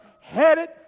headed